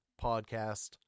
podcast